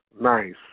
Nice